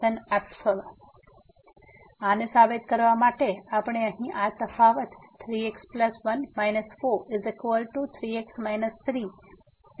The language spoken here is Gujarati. તેથી આને સાબિત કરવા માટે આપણે અહીં આ તફાવત 3x1 43x 33x 1 સાથે પ્રારંભ કરીશું